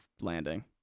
landing